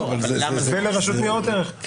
ולרשות ניירות ערך.